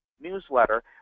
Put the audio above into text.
newsletter